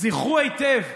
זכרו היטב,